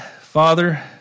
Father